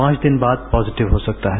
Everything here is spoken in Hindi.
पांच दिन बाद पॉजिटिव हो सकता है